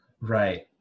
Right